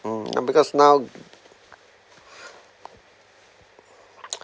hmm because now